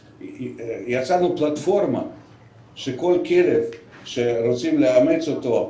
יצרנו פלטפורמה עם העמותות שכל כלב שרוצים לאמץ אותו,